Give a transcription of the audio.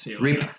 rip